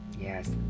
Yes